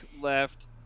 left